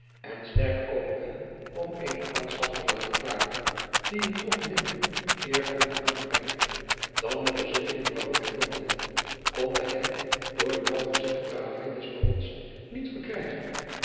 en sterk overhellen om eenen aanslag te laten varen die hem toch nimmer eer konde aanbrengen dan de bezittingen waarop hij vlamde konde hij door de naauwgezette braafheid des barons niet verkrijgen